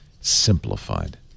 simplified